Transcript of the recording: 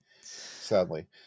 sadly